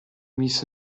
miss